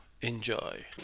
Enjoy